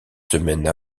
semaine